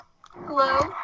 hello